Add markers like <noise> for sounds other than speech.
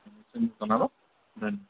<unintelligible> বনাব ধন্যবাদ